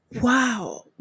Wow